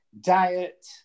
diet